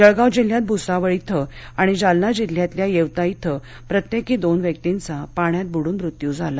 जळगाव जिल्ह्यात भुसावळ इथ आणि जालना जिल्ह्यातल्या येवता इथ प्रत्येकी दोन व्यक्तींचा पाण्यात बुडून मृत्यू झाला